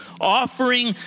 offering